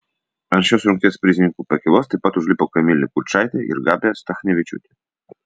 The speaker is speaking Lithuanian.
ant šios rungties prizininkų pakylos taip pat užlipo kamilė kučaitė ir gabija stachnevičiūtė